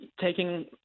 taking